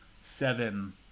Seven